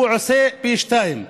הוא עושה פי שניים,